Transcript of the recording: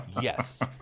yes